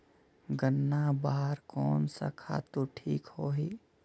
गन्ना बार कोन सा खातु ठीक होही?